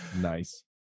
Nice